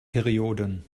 perioden